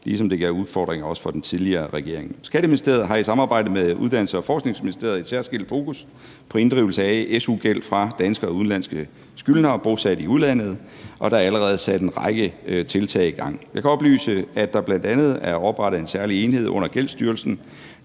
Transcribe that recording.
ligesom det gav udfordringer også for den tidligere regering. Skatteministeriet har i samarbejde med Uddannelses- og Forskningsministeriet et særskilt fokus på inddrivelse af su-gæld fra danske og udenlandske skyldnere bosat i udlandet, og der er allerede sat en række tiltag i gang. Jeg kan oplyse, at der bl.a. er oprettet en særlig enhed under Gældsstyrelsen,